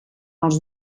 els